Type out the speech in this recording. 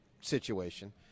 situation